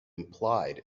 implied